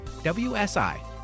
WSI